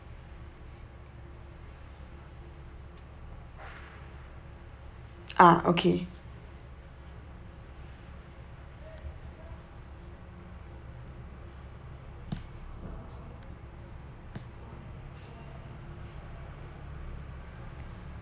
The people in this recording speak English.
ah okay